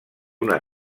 una